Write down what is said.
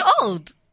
old